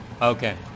Okay